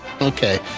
Okay